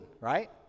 right